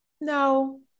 no